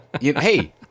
Hey